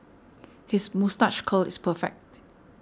his moustache curl is perfect